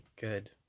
good